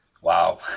wow